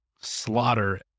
slaughter